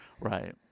Right